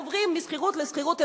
עוברים משכירות לשכירות.